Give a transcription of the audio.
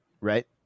right